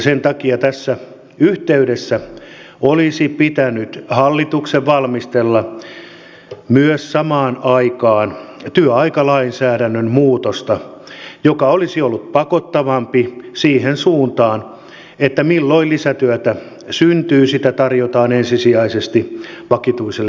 sen takia tässä yhteydessä olisi pitänyt hallituksen valmistella myös samaan aikaan työaikalainsäädännön muutosta joka olisi ollut pakottavampi siihen suuntaan että milloin lisätyötä syntyy sitä tarjotaan ensisijaisesti vakituiselle henkilökunnalle